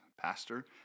pastor